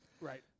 Right